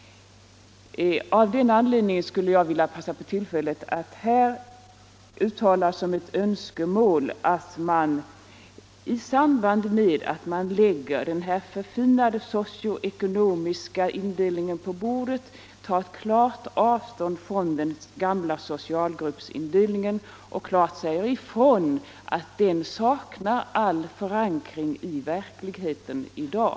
Av dessa anledningar vill jag passa på tillfället att uttala som ett önskemål att man i samband med presentationen av den förfinade socioekonomiska indelningen bestämt tar avstånd från den gamla socialgruppsindelningen och klart säger ifrån att den saknar all förankring i verkligheten i dag.